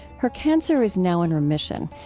her cancer is now in remission.